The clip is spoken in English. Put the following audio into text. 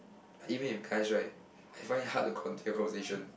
even if guys right I find it hard to continue the conversation